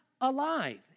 alive